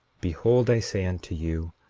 behold, i say unto you,